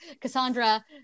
Cassandra